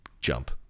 jump